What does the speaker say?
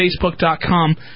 Facebook.com